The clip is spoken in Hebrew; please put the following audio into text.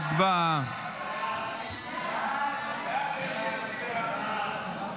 בעד, 75, אחד מתנגד.